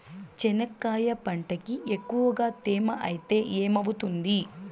చెనక్కాయ పంటకి ఎక్కువగా తేమ ఐతే ఏమవుతుంది?